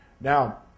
Now